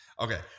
okay